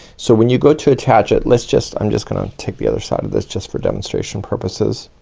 so when you go to attach it. let's just, i'm just gonna take the other side of this just for demonstration purposes.